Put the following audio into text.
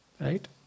Right